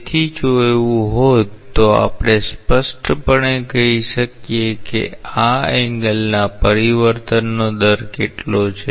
તેથી જો એવું હોત તો આપણે સ્પષ્ટપણે કહી શકીએ કે આ એંગલના પરિવર્તનનો દર કેટલો છે